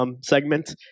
Segment